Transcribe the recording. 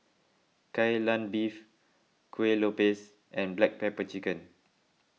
Kai Lan Beef Kuih Lopes and Black Pepper Chicken